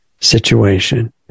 situation